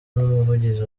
n’umuvugizi